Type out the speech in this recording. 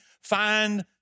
find